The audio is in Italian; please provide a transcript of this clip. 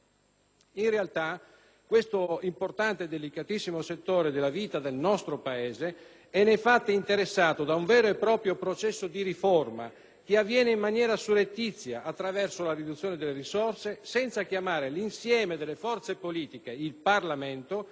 In realtà, questo importante e delicatissimo settore della vita del nostro Paese, è interessato da un vero e proprio processo di riforma, che avviene in maniera surrettizia, attraverso la riduzione delle risorse, senza chiamare l'insieme delle forze politiche, il Parlamento,